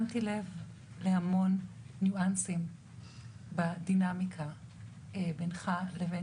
שמתי לב להמון ניואנסים בדינמיקה בינך לבין